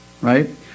right